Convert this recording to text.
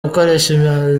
gukoresha